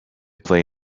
play